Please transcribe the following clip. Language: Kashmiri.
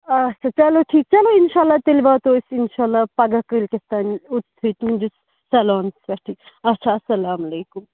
اَچھا چلو ٹھیٖک چلو اِنشا اللہ تیٚلہِ واتو أسۍ اِنشا اللہ پَگاہ کٲلۍکٮ۪تھ تانۍ اوٚتھٕے تُہٕنٛدِس سیٚلانَس پٮ۪ٹھٕے اَچھا اَسَلام علیکُم